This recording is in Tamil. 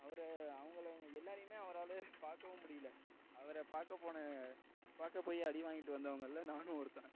அவரை அவங்கள எல்லாரையுமே அவரால் பார்க்கவும் முடியல அவரை பார்க்க போன பார்க்க போய் அடி வாங்கிட்டு வந்தவங்களில் நானும் ஒருத்தன்